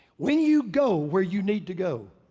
when you go where you need to go,